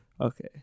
Okay